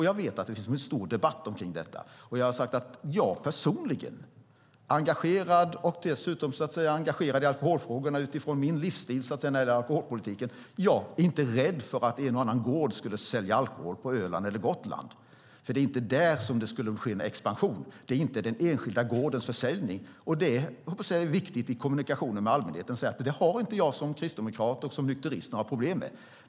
Jag vet att det finns en stor debatt om detta. Jag personligen är engagerad och är dessutom engagerad i alkoholfrågorna utifrån min livsstil när det gäller alkoholpolitiken. Jag är inte rädd för att en och annan gård skulle sälja alkohol på Öland eller Gotland. Det är inte där som det skulle ske en expansion. Det handlar inte om den enskilda gårdens försäljning. Det är viktigt att i kommunikationen med allmänheten säga att det har jag som kristdemokrat och nykterist inte några problem med.